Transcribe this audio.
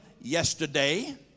yesterday